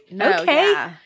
Okay